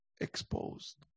exposed